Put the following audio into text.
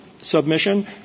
submission